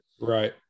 Right